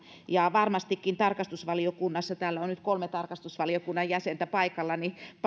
ja varmastikin tarkastusvaliokunnassa täällä on nyt kolme tarkastusvaliokunnan jäsentä paikalla